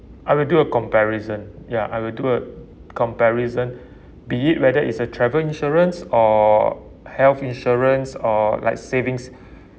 I will do a comparison ya I will do a comparison be it whether it's a travel insurance or health insurance or like savings